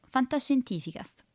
Fantascientificast